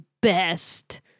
best